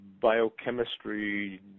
biochemistry